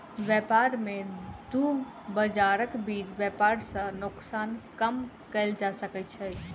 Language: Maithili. व्यापार में दू बजारक बीच व्यापार सॅ नोकसान कम कएल जा सकै छै